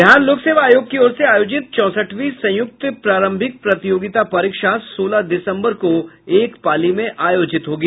बिहार लोक सेवा आयोग की ओर से आयोजित चौसठवीं संयुक्त प्रारंभिक प्रतियोगिता परीक्षा सोलह दिसम्बर को एक पाली में होगी